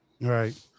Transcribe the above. Right